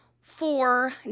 four